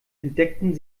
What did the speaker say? entdeckten